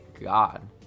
God